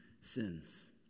sins